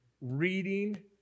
reading